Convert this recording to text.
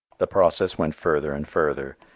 the process went further and further.